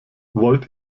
wollt